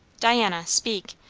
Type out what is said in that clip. diana, speak!